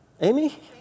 Amy